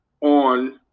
on